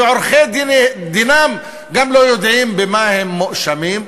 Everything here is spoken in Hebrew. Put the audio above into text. וגם עורכי-דינם לא יודעים במה הם מואשמים,